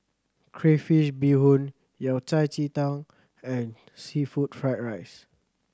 crayfish beehoon Yao Cai ji tang and seafood fried rice